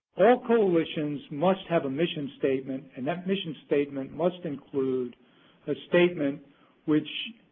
all coalitions must have a mission statement, and that mission statement must include a statement which